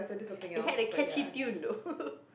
it had a catchy tune though